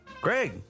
Greg